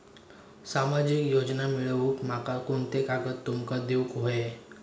सामाजिक योजना मिलवूक माका कोनते कागद तुमका देऊक व्हये?